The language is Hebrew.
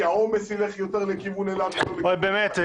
כי העומס ילך יותר לכיוון אלעד ולא לכיוון --- אוי באמת,